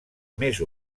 més